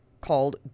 called